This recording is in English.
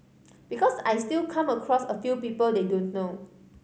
because I still come across a few people they don't know